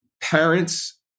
parents